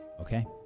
Okay